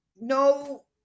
no